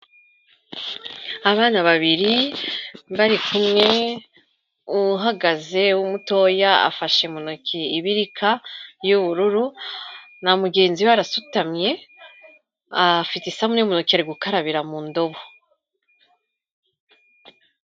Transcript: Abana babiri bari kumwe uhagaze w'umutoya afashe mu ntoki ibirika y'ubururu na mugenzi we arasutamye, afite isabune mu ntoki ari gukarabira mu ndobo.